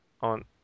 on